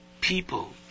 people